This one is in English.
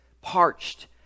parched